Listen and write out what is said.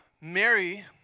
Mary